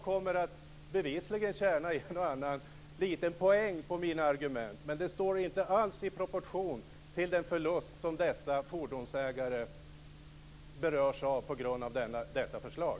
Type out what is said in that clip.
Jag skulle tjäna en och annan poäng på mina argument, men det står inte alls i proportion till den förlust som dessa fordonsägare drabbas av på grund av detta förslag.